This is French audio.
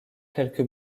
quelques